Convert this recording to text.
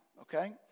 okay